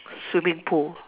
swimming pool